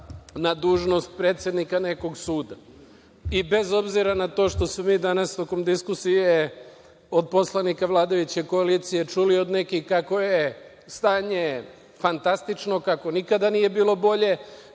na dužnost predsednika nekog suda. Bez obzira na to što smo mi danas tokom diskusije od poslanika vladajuće koalicije čuli od nekih kako je stanje fantastično, kako nikada nije bilo bolje,